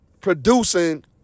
producing